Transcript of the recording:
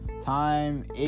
Time